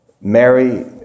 Mary